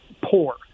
poor